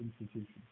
institution